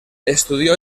estudió